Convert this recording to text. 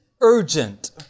urgent